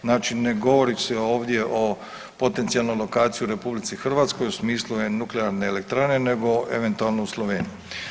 Znači ne govori se ovdje o potencijalnoj lokaciji u RH u smislu nuklearne elektrane nego eventualno u Sloveniji.